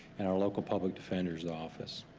and our local public defender's office.